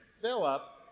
Philip